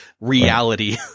reality